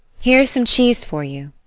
here is some cheese for you.